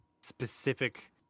specific